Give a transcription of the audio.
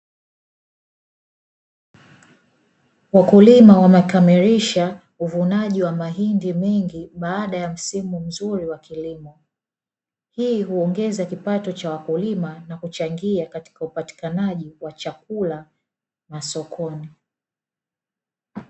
Wakulima wamekamilisha uvunaji wa mahindi mengi baada ya msimu mzuri wa kilimo, hii huongeza kipato cha wakulima na kuchangia katika upatikanaji wa chakula masokoni.